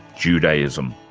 judaism.